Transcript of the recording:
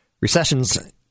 Recessions